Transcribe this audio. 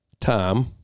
time